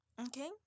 Okay